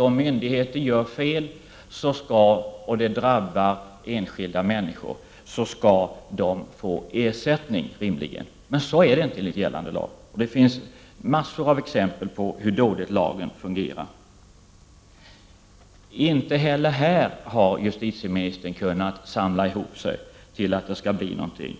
Om myndigheter gör fel och det drabbar enskilda människor skall de som drabbas rimligen få ersättning. Men så är det inte enligt gällande lag. Det finns mängder av exempel på hur dåligt lagen fungerar. Inte heller här har justitieministern kunnat samla ihop sig och få till stånd något resultat. I